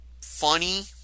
funny